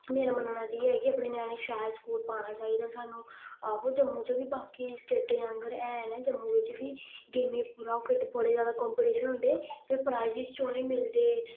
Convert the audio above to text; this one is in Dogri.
मेरा मन्नना ते इ'यै ऐ कि अपने ञ्याणे गी शैल स्कूल पाना चाहिदा सानूं आहो जम्मू च बी बाकी स्टेटें आंह्गर हैन जम्मू बिच्च बी गेमें गी पूरा ओह् करदे बड़े जैदा कम्पीटीशन होंदे फिर प्राइजेस च उ'नेंगी मिलदे